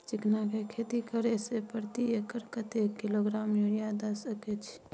चिकना के खेती करे से प्रति एकर कतेक किलोग्राम यूरिया द सके छी?